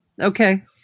Okay